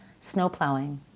snowplowing